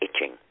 itching